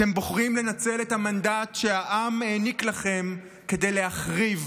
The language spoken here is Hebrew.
אתם בוחרים לנצל את המנדט שהעם העניק לכם כדי להחריב